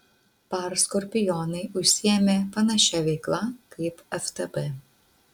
par skorpionai užsiėmė panašia veikla kaip ftb